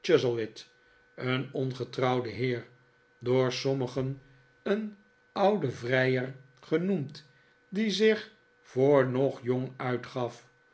chuzzlewit een ongetrouwde heer door sommigen een oude vrijer genoemd die zich voor nog jong uitgaf